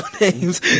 names